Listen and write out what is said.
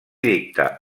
dicta